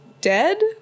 dead